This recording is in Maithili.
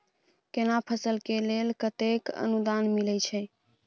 केना फसल के लेल केतेक अनुदान मिलै छै?